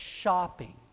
shopping